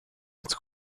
its